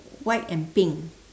white and pink